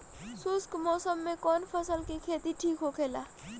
शुष्क मौसम में कउन फसल के खेती ठीक होखेला?